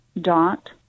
dot